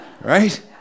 Right